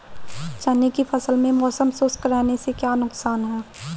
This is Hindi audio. चने की फसल में मौसम शुष्क रहने से क्या नुकसान है?